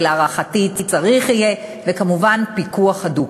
ולהערכתי צריך יהיה כמובן פיקוח הדוק.